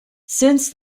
since